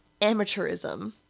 amateurism